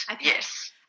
Yes